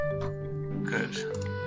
Good